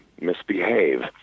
misbehave